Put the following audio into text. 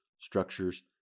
structures